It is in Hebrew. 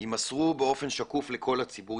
יימסרו באופן שקוף לכל הציבור,